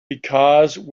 because